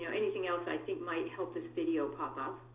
anything else i think might help this video pop up.